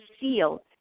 seal